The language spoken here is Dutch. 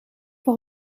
voor